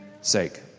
sake